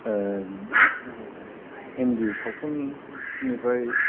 हिन्दी सावथुन निफ्राय